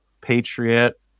Patriot